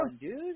dude